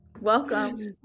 Welcome